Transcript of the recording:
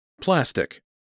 plastic